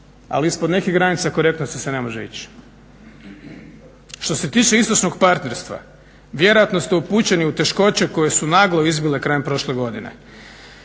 Ali ispod nekih granica korektnosti se ne može ići. Što se tiče istočnog partnerstva vjerojatno ste upućeni u teškoće koje su naglo izbile krajem prošle godine.